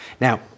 Now